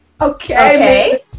Okay